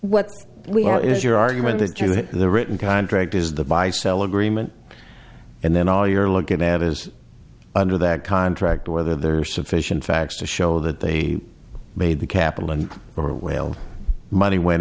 what we have is your argument that you have the written contract is the buy sell agreement and then all you're looking at is under that contract whether there are sufficient facts to show that they made the capital and the whale money went